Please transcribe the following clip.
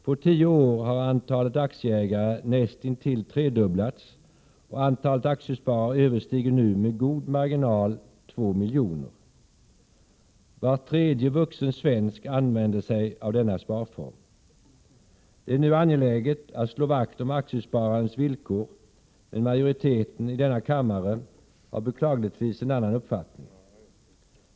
På tio år har antalet aktieägare näst intill tredubblats, och antalet aktiesparare överstiger nu med god marginal 2 miljoner. Var tredje vuxen svensk använder sig av denna sparform. Det är nu angeläget att slå vakt om aktiesparandets villkor, men majoriteten i denna kammare har beklagligtvis en annan uppfattning.